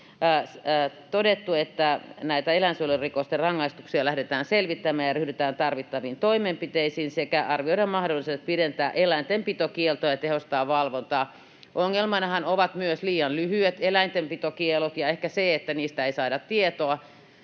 on todettu, että näitä eläinsuojelurikosten rangaistuksia lähdetään selvittämään ja ryhdytään tarvittaviin toimenpiteisiin sekä arvioidaan mahdollisuudet pidentää eläintenpitokieltoja ja tehostaa valvontaa. Ongelmanahan ovat myös liian lyhyet eläintenpitokiellot ja ehkä se, että niistä ei saada tietoa.